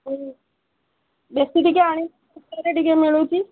ହୁଁ ବେଶୀ ଟିକେ ଟିକେ ମିଳୁଛି